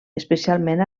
especialment